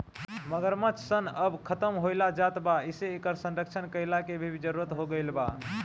मगरमच्छ सन अब खतम होएल जात बा एसे इकर संरक्षण कईला के भी जरुरत हो गईल बा